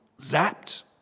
zapped